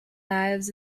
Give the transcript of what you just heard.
lives